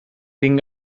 tinc